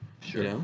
sure